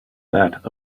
that